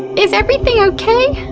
is everything okay?